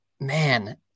man